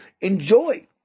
enjoy